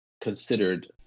considered